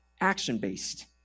action-based